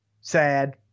Sad